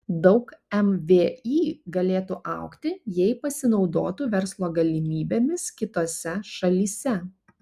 daug mvį galėtų augti jei pasinaudotų verslo galimybėmis kitose šalyse